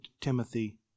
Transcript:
Timothy